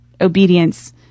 obedience